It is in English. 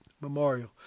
Memorial